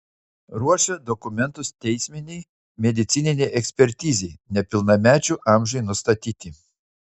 ruošia dokumentus teisminei medicininei ekspertizei nepilnamečių amžiui nustatyti